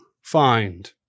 find